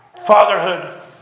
Fatherhood